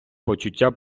почуття